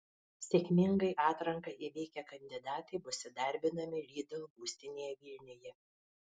sėkmingai atranką įveikę kandidatai bus įdarbinami lidl būstinėje vilniuje